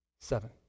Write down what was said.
seven